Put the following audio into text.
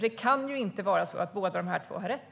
Det kan ju inte vara så att båda två har rätt.